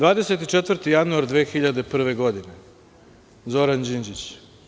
24. januar 2001. godine - Zoran Đinđić.